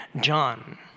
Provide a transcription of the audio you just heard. John